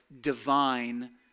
divine